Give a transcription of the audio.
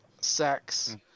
sex